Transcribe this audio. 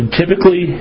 typically